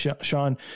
Sean